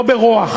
לא ברוע,